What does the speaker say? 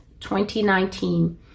2019